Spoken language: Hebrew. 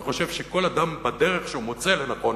אני חושב שכל אדם בדרך שהוא מוצא לנכון